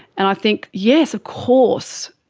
and i think, yes of course,